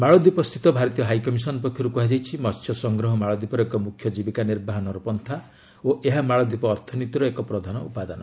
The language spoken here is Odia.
ମାଳଦ୍ୱୀପସ୍ଥିତ ଭାରତୀୟ ହାଇକମିଶନ୍ ପକ୍ଷରୁ କୁହାଯାଇଛି ମହ୍ୟ ସଂଗ୍ରହ ମାଳଦ୍ୱୀପର ଏକ ମ୍ରଖ୍ୟ କୀବିକା ନିର୍ବାହନର ପତ୍ରା ଓ ଏହା ମାଳଦ୍ୱୀପ ଅଥିନୀତିର ଏକ ପ୍ରଧାନ ଉପାଦାନ